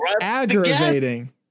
aggravating